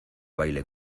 baile